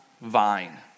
vine